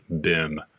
BIM